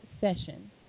session